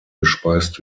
gespeist